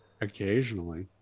Occasionally